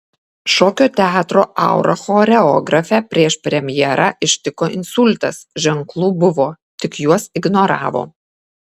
šokio teatro aura choreografę prieš premjerą ištiko insultas ženklų buvo tik juos ignoravo